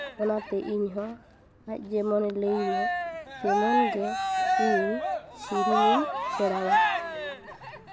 ᱚᱱᱟ ᱛᱮ ᱤᱧᱦᱚᱸ ᱟᱡ ᱡᱮᱢᱚᱱᱮ ᱞᱟᱹᱭᱟᱹᱧᱟ ᱛᱮᱢᱚᱱ ᱜᱮ ᱤᱧ ᱥᱮᱨᱮᱧ ᱤᱧ ᱥᱮᱬᱟᱭᱟ